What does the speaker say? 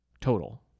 total